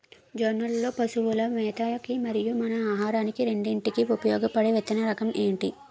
జొన్నలు లో పశువుల మేత కి మరియు మన ఆహారానికి రెండింటికి ఉపయోగపడే విత్తన రకం ఏది?